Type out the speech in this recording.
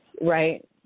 right